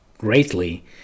greatly